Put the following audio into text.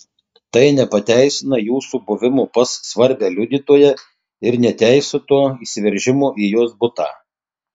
tai nepateisina jūsų buvimo pas svarbią liudytoją ir neteisėto įsiveržimo į jos butą